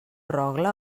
rogle